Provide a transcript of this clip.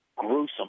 Gruesome